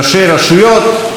ראשי רשויות,